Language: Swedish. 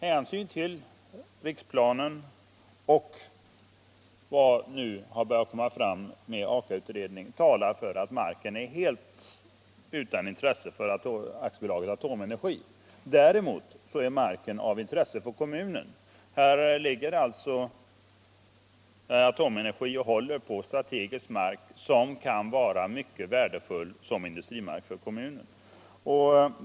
Hänsyn till riksplanen och vad som nu har börjat komma fram genom Aka-utredningen talar för att marken är helt utan intresse för AB Atomenergi. Däremot är marken av intresse för kommunen. Här håller alltså Atomenergi på strategisk mark som kan vara mycket värdefull som industrimark för kommunen.